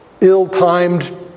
ill-timed